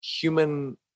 human